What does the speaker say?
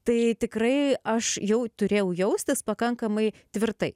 tai tikrai aš jau turėjau jaustis pakankamai tvirtai